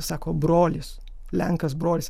sako brolis lenkas brolis